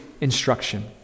instruction